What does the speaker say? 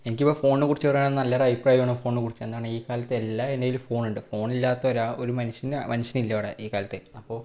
എനിക്കിപ്പം ഫോണിനെ കുറിച്ച് പറയുവാണെങ്കില് നല്ലൊരു അഭിപ്രായമാണ് ഫോണിനെ കുറിച്ച് എന്താണ് ഈ കാലത്ത് എല്ലാ ഫോണുണ്ട് ഫോണില്ലാത്ത ഒരു മനുഷ്യന് മനുഷ്യനില്ല ഇവിടെ ഈ കാലത്ത് അപ്പോൾ